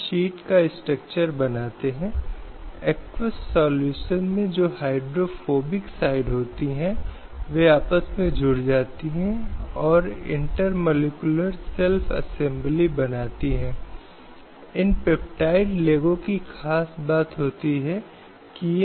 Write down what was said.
इन अंतरराष्ट्रीय घटनाक्रमों की पृष्ठभूमि में हमारे लिए सामान्य कानूनों के संबंध में भारतीय कानूनों और भारतीय कानूनी विकास और न्यायिक दृष्टिकोणों को जानना अनिवार्य है